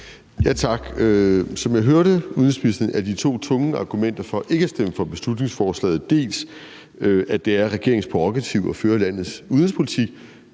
Tak. Som jeg hørte udenrigsministeren, er et af de to tunge argumenter for ikke at stemme for beslutningsforslaget, at det er regeringens prærogativ at føre landets udenrigspolitik.